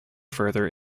further